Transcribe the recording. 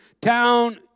town